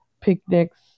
picnics